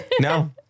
No